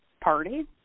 party